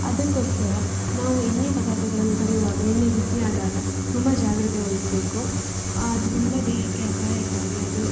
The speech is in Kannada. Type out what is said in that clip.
ಅದಕ್ಕೊಸ್ಕರ ನಾವು ಎಣ್ಣೆ ಪದಾರ್ಥಗಳನ್ನು ಕರಿಯುವಾಗ ಎಣ್ಣೆ ಬಿಸಿಯಾದಾಗ ತುಂಬ ಜಾಗ್ರತೆ ವಹಿಸಬೇಕು ಅದು ತುಂಬ ದೇಹಕ್ಕೆ ಅಪಾಯಕಾರಿ ಅದ್ರ